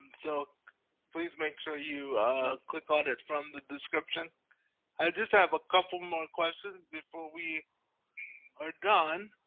so please make sure you click on it from the description. i just have a couple more questions before we are done.